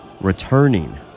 returning